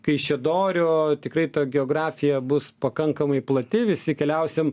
kaišiadorių tikrai ta geografija bus pakankamai plati visi keliausim